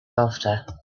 after